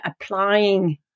applying